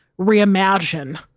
reimagine